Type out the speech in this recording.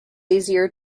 easier